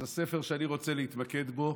אז הספר שאני רוצה להתמקד בו